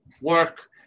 work